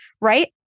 Right